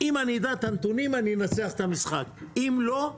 אם אני אדע את הנתונים אני אנצח את המשחק, אם לא,